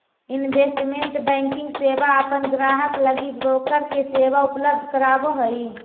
investment banking सेवा अपन ग्राहक लगी ब्रोकर के सेवा उपलब्ध करावऽ हइ